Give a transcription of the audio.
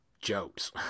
jokes